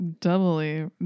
doubly